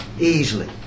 easily